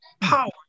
power